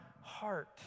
heart